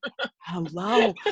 hello